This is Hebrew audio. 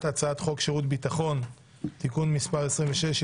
הצעת חוק לשירות ביטחון (תיקון מס' 26) הצעת חוק